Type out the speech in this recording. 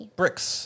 bricks